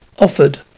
Offered